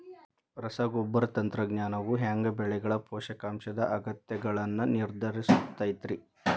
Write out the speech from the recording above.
ರಸಗೊಬ್ಬರ ತಂತ್ರಜ್ಞಾನವು ಹ್ಯಾಂಗ ಬೆಳೆಗಳ ಪೋಷಕಾಂಶದ ಅಗತ್ಯಗಳನ್ನ ನಿರ್ಧರಿಸುತೈತ್ರಿ?